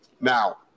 Now